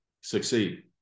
succeed